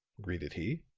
greeted he.